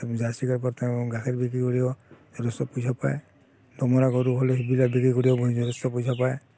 আমি জাৰ্চি গাইৰ পৰা তেওঁ গাখীৰ বিক্ৰী কৰিও যথেষ্ট পইচা পায় দমৰা গৰু হ'লেও সেইবিলাক বিক্ৰী কৰিও মানে যথেষ্ট পইচা পায়